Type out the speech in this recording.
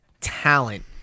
talent